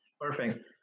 Perfect